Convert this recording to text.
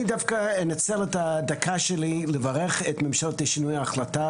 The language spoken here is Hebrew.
אני דווקא אנצל את הדקה שלי לברך את הממשלה על ההחלטה